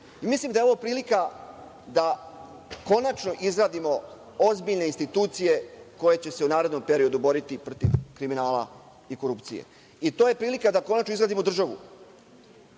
da je ovo prilika da konačno izgradimo ozbiljne institucije koje će se u narednom periodu boriti protiv kriminala i korupcije. To je prilika da konačno izgradimo državu,